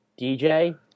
DJ